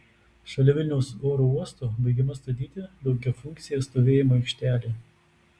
šalia vilniaus oro uosto baigiama statyti daugiafunkcė stovėjimo aikštelė